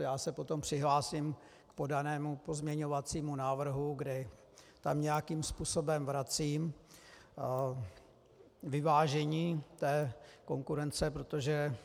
Já se potom přihlásím k podanému pozměňovacímu návrhu, kdy tam nějakým způsobem vracím vyvážení té konkurence, protože